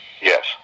Yes